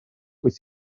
wyt